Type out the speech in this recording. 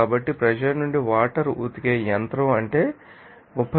కాబట్టి ప్రెషర్ నుండి వాటర్ ఉతికే యంత్రం అంటే 31